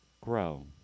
grow